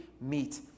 meet